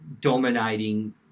dominating